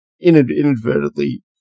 inadvertently